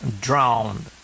Drowned